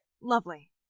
Lovely